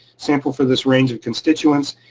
sample for this range of constituents.